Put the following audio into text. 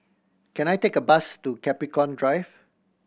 can I take a bus to Capricorn Drive